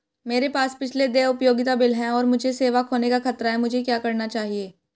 मेरे पास पिछले देय उपयोगिता बिल हैं और मुझे सेवा खोने का खतरा है मुझे क्या करना चाहिए?